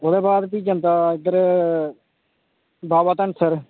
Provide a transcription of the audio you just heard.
अच्छा